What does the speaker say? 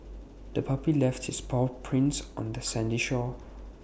the puppy left its paw prints on the sandy shore